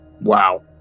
wow